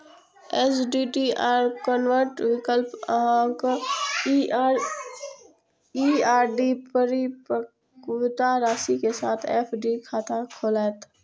STDR convert विकल्प अहांक ई आर.डी परिपक्वता राशि के साथ एफ.डी खाता खोलत